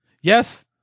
Yes